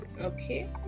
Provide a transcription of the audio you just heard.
okay